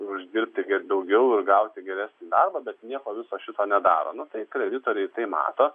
ir uždirbti daugiau ir gauti geresnį darbą bet nieko viso šito nedaro nu tai kreditoriai tai mato